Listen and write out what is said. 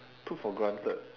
took for granted